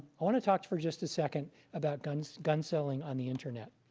i want to talk to for just a second about gun so gun selling on the internet.